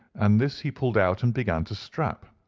and this he pulled out and began to strap.